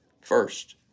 first